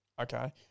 Okay